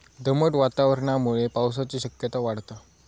दमट वातावरणामुळे पावसाची शक्यता वाढता